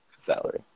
salary